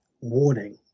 warning